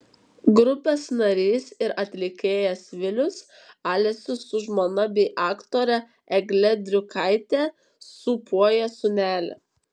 grupės narys ir atlikėjas vilius alesius su žmona bei aktore egle driukaite sūpuoja sūnelį